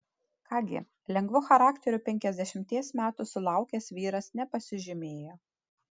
ką gi lengvu charakteriu penkiasdešimties metų sulaukęs vyras nepasižymėjo